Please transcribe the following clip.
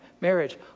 marriage